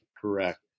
Correct